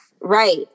Right